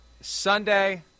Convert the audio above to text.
Sunday